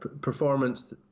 Performance